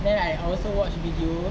then I also watch video